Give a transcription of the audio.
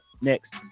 next